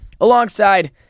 alongside